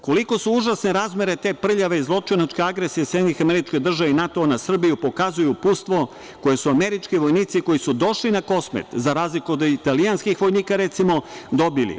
Koliko su užasne razmere te prljave i zločinačke agresije SAD i NATO na Srbiju pokazuje uputstvo koje su američki vojnici, koji su došli na Kosmet, za razliku od italijanskih vojnika, recimo, dobili.